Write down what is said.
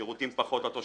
שירותים פחות לתושבים,